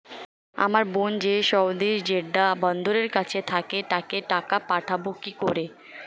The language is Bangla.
আমার বোন যে সৌদির জেড্ডা বন্দরের কাছে থাকে তাকে টাকা পাঠাবো কি করে?